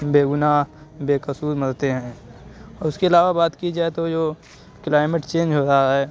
بے گناہ بے قصور مرتے ہیں اور اُس کے علاوہ بات کی جائے تو جو کلائمیٹ چینج ہو رہا ہے